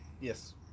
Yes